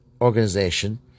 organization